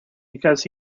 because